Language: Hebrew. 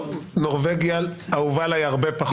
אוסלו נורבגיה אהובה עליי הרבה פחות.